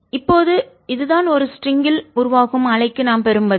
இப்போது இது தான் ஒரு ஸ்ட்ரிங்கில் கயிறு உருவாகும் அலைக்கு நாம் பெறும் பதில்